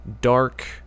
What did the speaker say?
dark